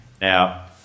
Now